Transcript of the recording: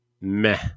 meh